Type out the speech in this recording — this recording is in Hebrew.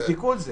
תבדקו את זה.